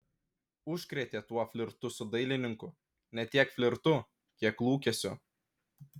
užkrėtė tuo flirtu su dailininku ne tiek flirtu kiek lūkesiu